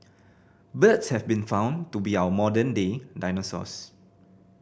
birds have been found to be our modern day dinosaurs